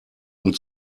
uns